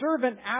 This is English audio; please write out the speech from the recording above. servant